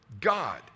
God